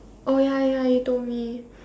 oh ya ya you told me